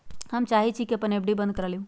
हम चाहई छी कि अपन एफ.डी बंद करा लिउ